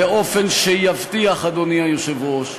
באופן שיבטיח, אדוני היושב-ראש,